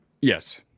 Yes